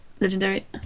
legendary